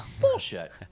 Bullshit